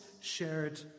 shared